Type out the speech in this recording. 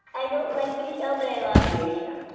i don't like your show, but i love your show